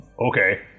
Okay